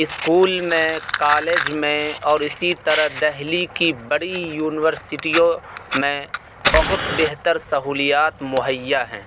school میں college میں اور اسی طرح دہلی کی بڑی یونیورسٹیوں میں بہت بہتر سہولیات مہیّا ہیں